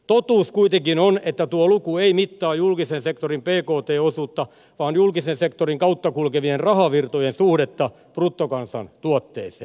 totuus kuitenkin on että tuo luku ei mittaa julkisen sektorin bkt osuutta vaan julkisen sektorin kautta kulkevien rahavirtojen suhdetta bruttokansantuotteeseen